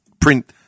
print